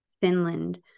Finland